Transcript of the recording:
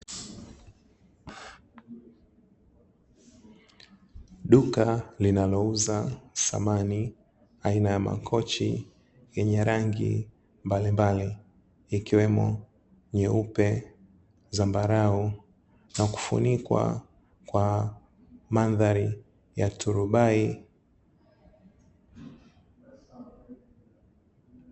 Duka linalouza samani aina ya makochi yenye rangi mbalimbali ikiwemo nyeupe, zambarau na kufunikwa kwa mandhari ya turubai.